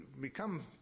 become